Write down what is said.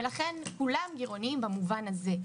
ולכן כולם גירעוניים במובן הזה.